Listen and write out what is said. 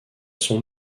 son